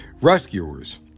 Rescuers